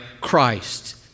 Christ